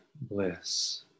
bliss